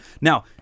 Now